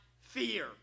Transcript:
fear